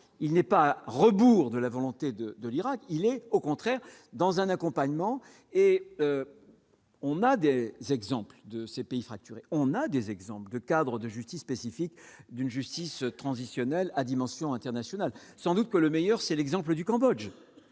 il n'est pas à rebours de la volonté de de l'Irak, il est au contraire dans un accompagnement et. On a dès des exemples de ces pays fracturé, on a des exemples de Khadr de justice spécifique d'une justice transitionnelle à dimension internationale sans doute que le meilleur, c'est l'exemple du Cambodge,